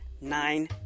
nine